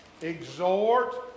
exhort